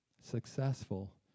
successful